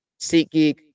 SeatGeek